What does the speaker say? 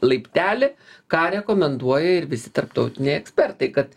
laiptelį ką rekomenduoja ir visi tarptautiniai ekspertai kad